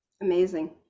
Amazing